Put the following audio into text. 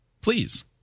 Please